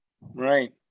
Right